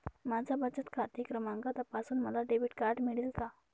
माझा बचत खाते क्रमांक तपासून मला डेबिट कार्ड मिळेल का?